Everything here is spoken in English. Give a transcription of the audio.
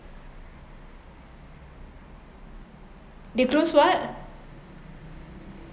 they closed what